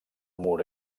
mur